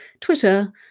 Twitter